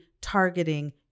targeting